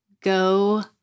go